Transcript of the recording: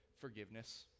Forgiveness